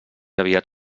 aviat